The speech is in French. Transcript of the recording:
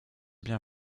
bien